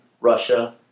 Russia